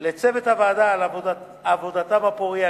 לצוות הוועדה על עבודתם הפורייה,